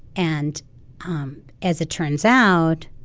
and um as it turns out,